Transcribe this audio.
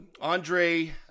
Andre